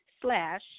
slash